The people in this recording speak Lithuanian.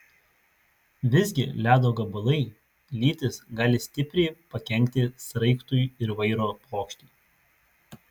visgi ledo gabalai lytys gali stipriai pakenkti sraigtui ir vairo plokštei